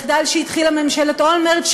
מחדל שהתחיל בממשלת אולמרט,